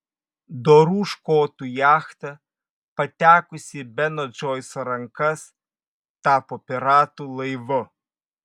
dorų škotų jachta patekusi į beno džoiso rankas tapo piratų laivu